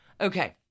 Okay